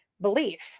Belief